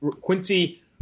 Quincy